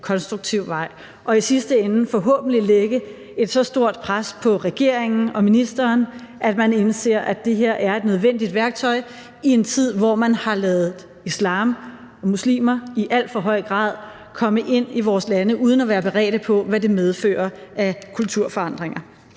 konstruktiv vej og i sidste ende forhåbentlig lægge et så stort pres på regeringen og ministeren, at man indser, at det her er et nødvendigt værktøj i en tid, hvor man i alt for høj grad har ladet islam og muslimer komme ind i vores lande uden at være beredt på, hvad det medfører af kulturforandringer.